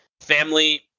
family